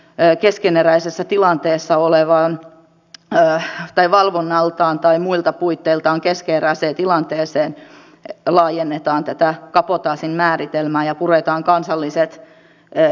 ne keskeneräisessä tilanteessa oleva suomessa valvonnaltaan tai muilta puitteiltaan keskeneräisessä tilanteessa laajentamaan tätä kabotaasin määritelmää ja purkamaan kansalliset kriteerit